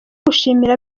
gushimira